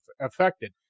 affected